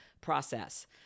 process